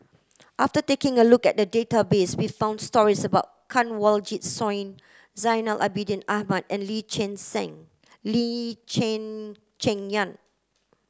after taking a look at the database we found stories about Kanwaljit Soin Zainal Abidin Ahmad and Lee Cheng Lee Cheng Cheng Yan